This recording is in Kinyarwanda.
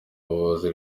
buvuzi